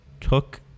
took